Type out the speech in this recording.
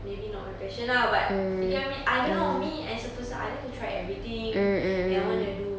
maybe not my passion ah but you get what I mean I don't know me as a person I like to try everything and I want to do